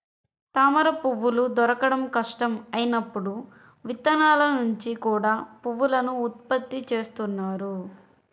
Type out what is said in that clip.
తామరపువ్వులు దొరకడం కష్టం అయినప్పుడు విత్తనాల నుంచి కూడా పువ్వులను ఉత్పత్తి చేస్తున్నారు